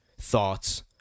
thoughts